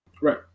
right